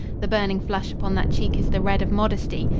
the burning flush upon that cheek is the red of modesty.